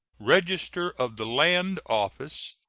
register of the land office,